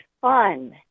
fun